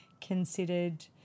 considered